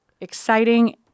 exciting